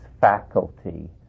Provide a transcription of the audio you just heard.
faculty